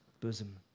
bosom